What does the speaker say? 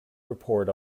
report